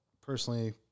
Personally